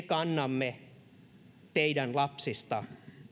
kannamme teidän lapsistanne